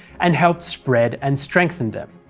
and helped spread and strengthen them.